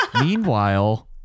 meanwhile